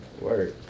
Work